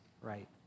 right